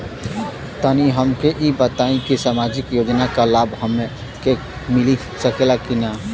तनि हमके इ बताईं की सामाजिक योजना क लाभ हमके मिल सकेला की ना?